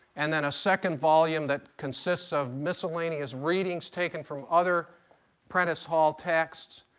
and then a second volume that consists of miscellaneous readings taken from other prentice hall texts.